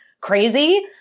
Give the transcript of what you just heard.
crazy